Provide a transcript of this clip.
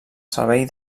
servei